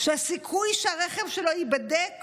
הוא יודע שהסיכוי שהרכב שלו ייבדק